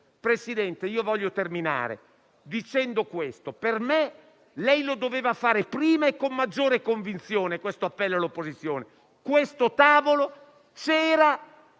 Presidente, voglio terminare dicendo che per me lei doveva fare prima e con maggiore convinzione l'appello all'opposizione. Questo tavolo c'era